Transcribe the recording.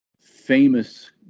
famous